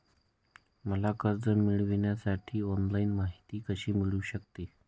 मला कर्ज मिळविण्यासाठी ऑनलाइन माहिती कशी मिळू शकते?